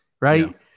Right